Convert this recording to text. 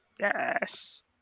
Yes